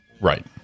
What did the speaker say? Right